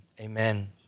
amen